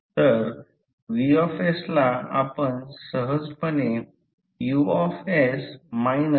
तर गोष्टी अगदी सोप्या आहेत फक्त एक गोष्ट अशी आहे की हॅण्ड रूल बहुधा विविध कारणांसाठी लागू होतो